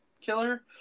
killer